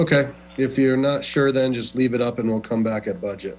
okay if you're not sure then just leave it up and we'll come back at budget